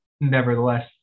Nevertheless